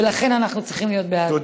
ולכן אנחנו צריכים להיות בעד.